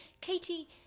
Katie